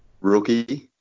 rookie